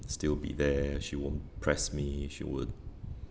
still be there she won't press me she won't